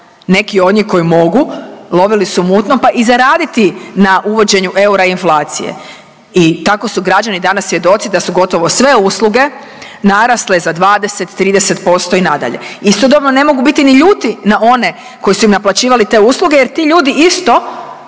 Neki od njih koji mogu lovili su u mutnom, pa i zaraditi na uvođenju eura i inflacije. I tako su građani danas svjedoci da su gotovo sve usluge narasle za 20, 30% i nadalje. Istodobno ne mogu biti ni ljuti na one koji su im naplaćivali te usluge, jer ti ljudi isto